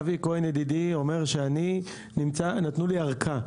אבי כהן, ידידי, אומר שנתנו לי ארכה,